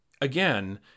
again